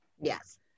Yes